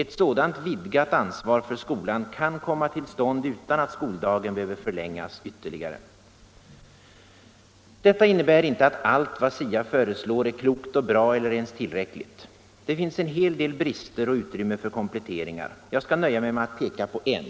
Ett sådant vidgat ansvar för skolan kan komma till stånd utan att skoldagen behöver förlängas ytterligare. Detta innebär inte att allt vad SIA föreslår är klokt och bra eller ens tillräckligt. Det finns en del brister och utrymme för kompletteringar. Jag skall nöja mig med att peka på en: